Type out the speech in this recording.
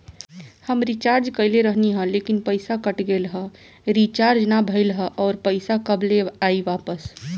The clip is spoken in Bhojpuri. हम रीचार्ज कईले रहनी ह लेकिन पईसा कट गएल ह रीचार्ज ना भइल ह और पईसा कब ले आईवापस?